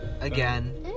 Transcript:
again